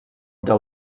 del